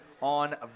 on